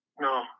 No